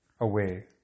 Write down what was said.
away